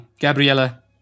Gabriella